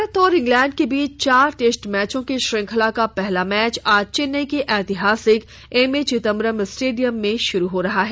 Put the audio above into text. भारत और इंग्लैंड के बीच चार टेस्ट मैचों की श्रृंखला का पहला मैच आज चेन्नेई के ऐतिहासिक एमए चिदम्बरम स्टेडियम में शुरू हो रहा है